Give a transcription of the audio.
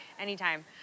Anytime